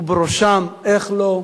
ובראשם, איך לא,